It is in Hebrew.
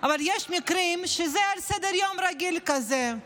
אבל יש מקרים שזה על סדר-יום רגיל כזה,